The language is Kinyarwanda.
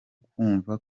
kumva